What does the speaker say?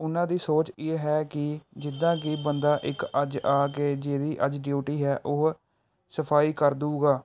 ਉਹਨਾਂ ਦੀ ਸੋਚ ਵੀ ਇਹ ਹੈ ਕਿ ਜਿੱਦਾਂ ਕਿ ਬੰਦਾ ਇੱਕ ਅੱਜ ਆ ਕੇ ਜਿਹਦੀ ਅੱਜ ਡਿਊਟੀ ਹੈ ਉਹ ਸਫਾਈ ਕਰਦੂਗਾ